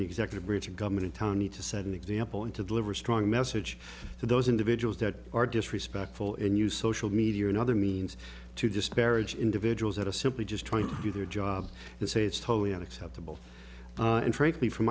the executive branch of government attorney to set an example into deliver a strong message to those individuals that are disrespectful and use social media and other means to disparage individuals that are simply just trying to do their job and say it's totally unacceptable and frankly from